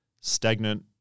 stagnant